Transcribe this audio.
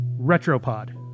Retropod